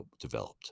developed